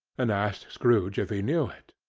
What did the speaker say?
and asked scrooge if he knew it.